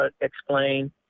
explain